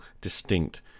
distinct